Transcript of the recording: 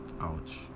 Ouch